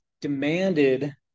demanded